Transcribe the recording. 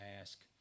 ask